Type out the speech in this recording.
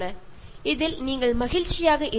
നിങ്ങൾ ഇതിൽ സന്തുഷ്ടരാണോ